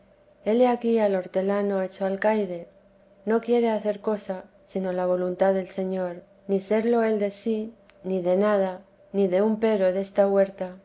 hele aquí al hortelano hecho alcaide no quiere hacer cosa sino la voluntad del señor ni serlo él de sí ni de nada ni de un pero de esta huerta